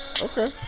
Okay